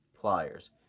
pliers